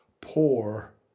poor